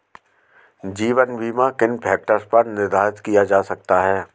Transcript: जीवन बीमा किन फ़ैक्टर्स पर निर्धारित किया जा सकता है?